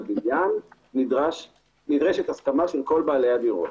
בניין נדרשת הסכמה של כל בעלי הדירות.